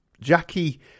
Jackie